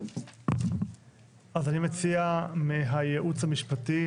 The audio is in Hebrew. אז אני מציע מהיעוץ המשפטי